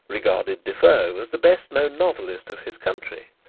regarded de foe as the best known novelist of his country,